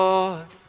Lord